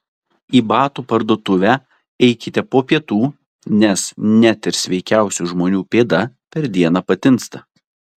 į batų parduotuvę eikite po pietų nes net ir sveikiausių žmonių pėda per dieną patinsta